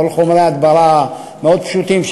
כל חומרי ההדברה המאוד-פשוטים,